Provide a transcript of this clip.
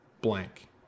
blank